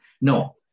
No